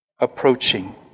approaching